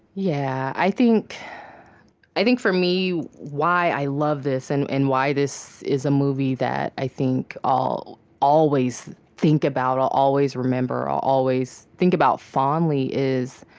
yeah. i think i think for me, why i love this and and why this is a movie that, i think, i'll always think about, i'll always remember, i'll always think about fondly is,